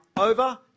over